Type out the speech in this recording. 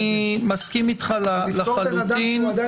אני מסכים איתך לחלוטין.